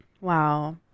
Wow